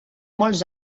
molts